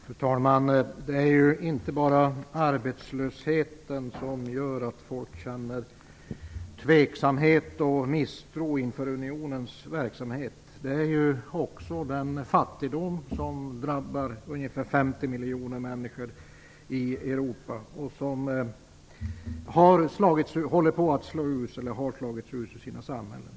Fru talman! Det är ju inte bara arbetslösheten som gör att människor känner tveksamhet och misstro inför unionens verksamhet. Det är ju också den fattigdom som drabbar ca 50 miljoner människor i Europa, vilka håller på att slås ut eller har slagits ut från sina samhällen.